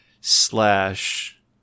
slash